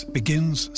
begins